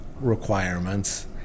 requirements